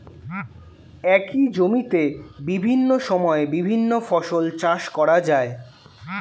একই জমিতে বিভিন্ন সময়ে বিভিন্ন ফসল চাষ করা যায়